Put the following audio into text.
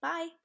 Bye